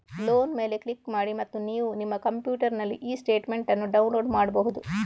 loan ಮೇಲೆ click ಮಾಡಿ ಮತ್ತು ನೀವು ನಿಮ್ಮ ಕಂಪ್ಯೂಟರಿನಲ್ಲಿ ಇ ಸ್ಟೇಟ್ಮೆಂಟ್ ಅನ್ನು ಡೌನ್ಲೋಡ್ ಮಾಡ್ಬಹುದು